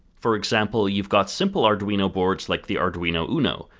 for example, you've got simple arduino boards like the arduino uno,